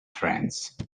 trance